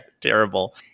terrible